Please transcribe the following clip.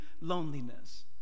loneliness